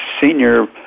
senior